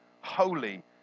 holy